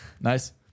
Nice